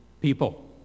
People